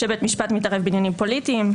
שבית משפט מתערב בעניינים פוליטיים,